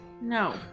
No